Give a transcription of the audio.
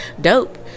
dope